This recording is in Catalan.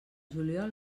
juliol